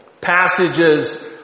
passages